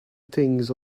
things